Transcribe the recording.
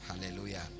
Hallelujah